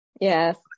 Yes